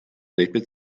lebte